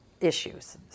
issues